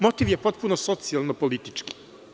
Motiv je potpuno socijalno-politički.